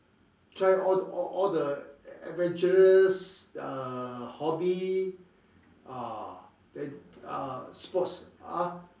try all all all the adventurous uh hobby ah then uh sports ah